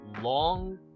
long